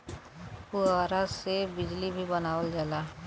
पुवरा से बिजली भी बनावल जाला